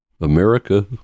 america